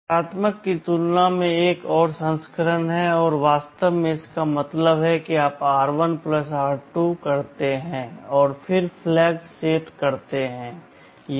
नकारात्मक की तुलना में एक और संस्करण है वास्तव में इसका मतलब है कि आप r1 r2 करते हैं और फिर फ्लैग सेट करते हैं